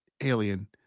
alien